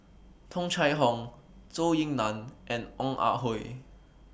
Tung Chye Hong Zhou Ying NAN and Ong Ah Hoi